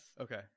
Okay